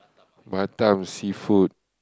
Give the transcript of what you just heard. Batam seafood